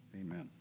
amen